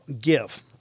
give